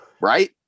Right